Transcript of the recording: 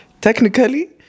Technically